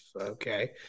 okay